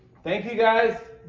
thank you, guys.